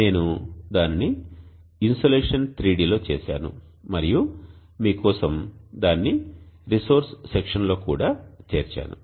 నేను దానిని insulation 3D లో చేసాను మరియు మీ కోసం దానిని రిసోర్స్ సెక్షన్ లో కూడా చేర్చాను